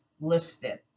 listed